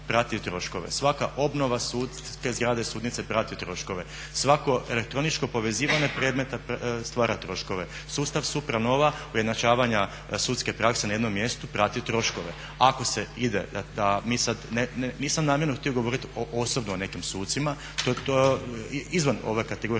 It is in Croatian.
prati troškove, svaka obnova zgrade sudnice prati troškove. Svako elektroničko povezivanje predmeta stvara troškove. Sustav SupraNova ujednačavanja sudske prakse na jednom mjestu prati troškove. Ako se ide da mi sad, nisam namjerno htio govoriti osobno o nekim sucima, to je izvan kategorije